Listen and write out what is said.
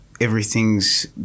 everything's